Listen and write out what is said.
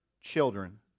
children